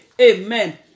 amen